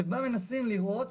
שבה מנסים לראות,